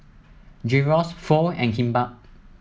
Gyros Pho and Kimbap